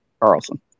Carlson